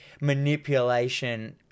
manipulation